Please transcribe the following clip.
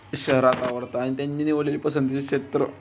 शहरात आवडतं आणि त्यांनी निवडलेली पसंतीची क्षेत्र